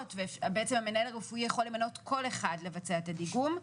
ובעצם המנהל הרפואי יכול למנות כל אחד לבצע את הדיגום,